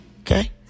Okay